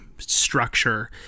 structure